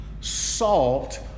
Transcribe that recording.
salt